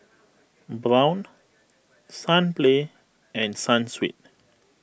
Braun Sunplay and Sunsweet